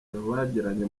bagiranye